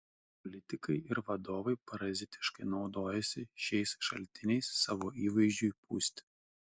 politikai ir vadovai parazitiškai naudojasi šiais šaltiniais savo įvaizdžiui pūsti